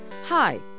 Hi